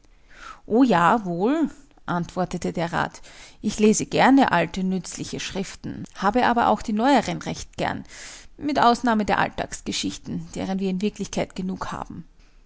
o ja wohl antwortete der rat ich lese gern alte nützliche schriften habe aber auch die neueren recht gern mit ausnahme der alltagsgeschichten deren wir in wirklichkeit genug haben